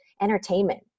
entertainment